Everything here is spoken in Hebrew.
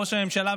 לראש הממשלה,